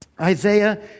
Isaiah